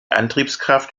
antriebskraft